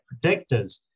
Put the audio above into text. predictors